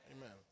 Amen